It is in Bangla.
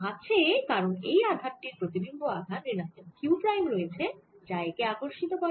আছে কারণ এই আধান টির প্রতিবিম্ব আধান ঋণাত্মক q প্রাইম রয়েছে যা একে আকর্ষিত করে